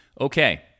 Okay